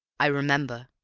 i remember.